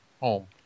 home